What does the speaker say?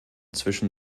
zwischen